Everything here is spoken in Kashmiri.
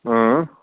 اۭں